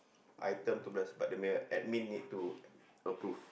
item to bless but dia punya admin need to approve